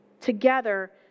together